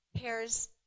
pairs